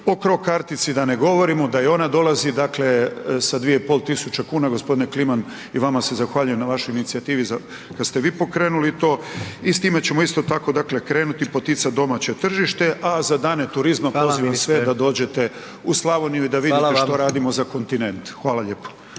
O Cro kartici da ne govorimo da i ona dolazi, dakle sa 2,5 tisuće kuna gospodine Kliman i vama se zahvaljujem na vašoj inicijativi da ste vi pokrenuli to i s time ćemo isto tako krenuti poticati domaće tržište. A za Dane turizma, pozivam sve da dođete u Slavoniju … /Upadica predsjednik: Hvala vam./…